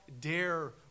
dare